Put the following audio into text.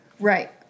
Right